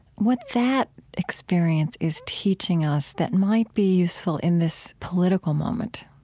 what that experience is teaching us that might be useful in this political moment?